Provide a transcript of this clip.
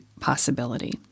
possibility